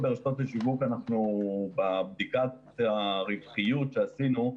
בבדיקת הרווחיות שעשינו,